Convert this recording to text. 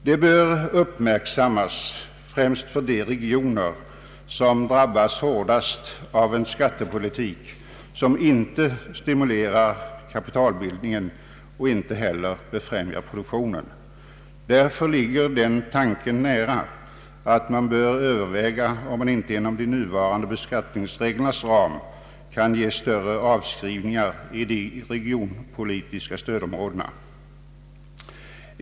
Detta bör uppmärksammas främst av de regioner som drabbas hårdast av en skattepolitik som inte stimulerar kapitalbildningen och inte heller befrämjar produktionen. Därför ligger den tanken nära att man bör överväga om man inte inom de nuvarande beskattningsreglernas ram kan medge större avskrivningar i det regionpolitiska stödområdet.